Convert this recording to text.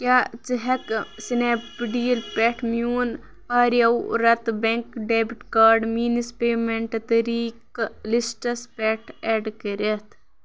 کیٛاہ ژٕ ہٮ۪کہٕ سِنیپ ڈیٖل پٮ۪ٹھ میون آریَو رَتہٕ بٮ۪نٛک ڈٮ۪بِٹ کاڈ میٛٲنِس پیمٮ۪نٛٹ طٔریٖقہٕ لِسٹَس پٮ۪ٹھ اٮ۪ڈ کٔرِتھ